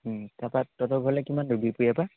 তাৰ পৰা তহঁতৰ ঘৰলৈ কিমান দূৰ বিহপুৰীয়াৰ পৰা